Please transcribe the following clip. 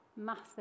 massive